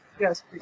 Yes